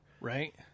Right